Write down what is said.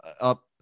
up